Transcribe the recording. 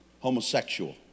Homosexual